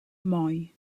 moi